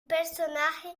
personaje